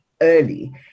early